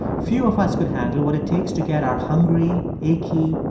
few of us could handle what it takes to get our hungry, achy,